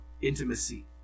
intimacy